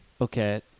Okay